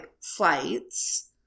flights